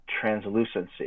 translucency